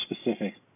specific